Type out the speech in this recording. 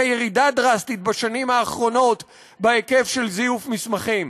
ירידה דרסטית בשנים האחרונות בהיקף של זיוף מסמכים.